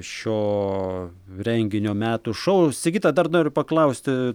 šio renginio metų šou sigita dar noriu paklausti